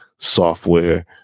Software